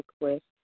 request